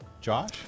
Josh